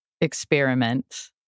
experiment